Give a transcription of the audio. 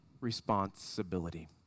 responsibility